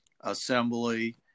assembly